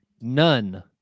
none